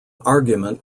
argument